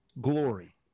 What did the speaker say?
glory